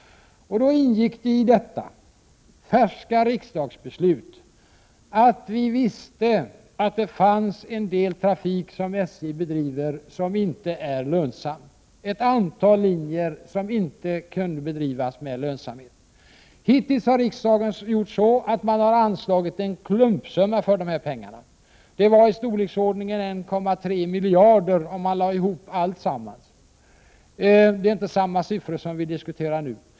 Det ingick i detta färska riksdagsbeslut att vi visste att en del trafik som SJ bedriver inte är lönsam, att ett antal linjer inte kunde drivas med lönsamhet. Hittills har riksdagen anslagit en klumpsumma i storleksordningen 1,3 miljarder, om man lägger ihop alltsammans. Det är inte samma belopp som vi diskuterar nu.